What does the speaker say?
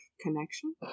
connection